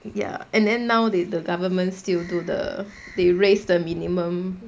ya and then now they~ the government still do the they raised the minimum